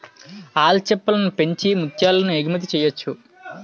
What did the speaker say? ఆల్చిప్పలను పెంచి ముత్యాలను ఎగుమతి చెయ్యొచ్చు